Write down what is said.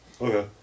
Okay